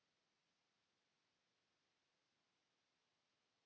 Kiitos,